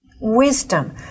Wisdom